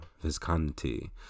Visconti